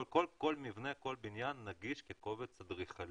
כל מבנה, כל בניין נגיש כקובץ אדריכלי.